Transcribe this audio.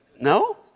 No